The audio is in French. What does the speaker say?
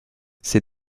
ses